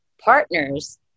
partners